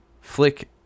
Flick